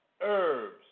herbs